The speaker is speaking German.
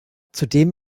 zudem